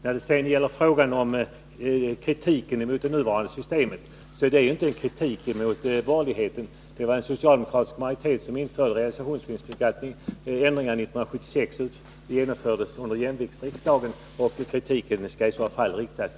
När det sedan gäller kritiken mot det nuvarande systemet vill jag betona att den inte bör riktas mot borgerligheten. Det var en socialdemokratisk majoritet som införde realisationsvinstbeskattningen 1968 och ändringen av reglerna för realisationsvinstbeskattningen 1976. Beslutet fattades under jämviktsriksdagen.